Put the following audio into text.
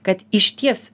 kad išties